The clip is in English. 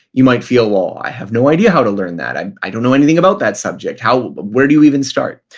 you might feel, well, i have no idea how to learn that. i i don't know anything about that subject. but where do you even start?